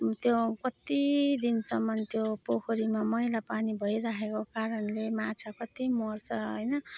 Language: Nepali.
त्यो कति दिनसम्म त्यो पोखरीमा मैला पानी भइराखेको कारणले माछा कति मर्छ होइन